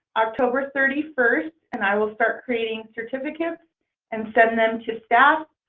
october thirty first and i will start creating certificates and send them to staff.